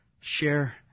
share